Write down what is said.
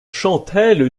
chantelle